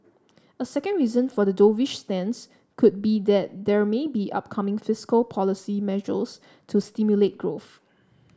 a second reason for the dovish stance could be that there may be upcoming fiscal policy measures to stimulate growth